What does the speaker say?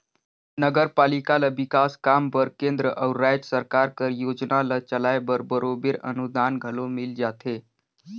नगरपालिका ल बिकास काम बर केंद्र अउ राएज सरकार कर योजना ल चलाए बर बरोबेर अनुदान घलो मिल जाथे